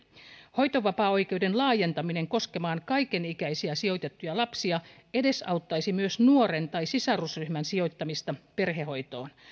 hoitovapaaoikeuden laajentaminen koskemaan kaikenikäisiä sijoitettuja lapsia edesauttaisi myös nuoren tai sisarusryhmän sijoittamista perhehoitoon